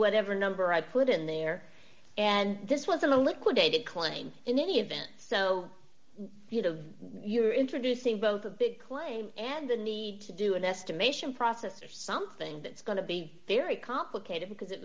whatever number i put in there and this was a liquidated claim in any event so you know you're introducing both a big claim and the need to do an estimation process or something that's going to be very complicated because it